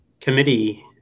committee